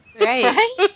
Right